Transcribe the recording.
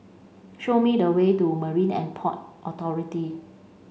show me the way to Marine And Port Authority